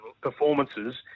performances